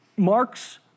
Marx